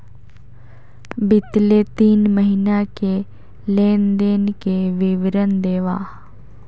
बितले तीन महीना के लेन देन के विवरण देवा?